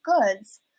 goods